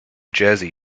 jersey